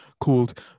called